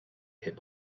hip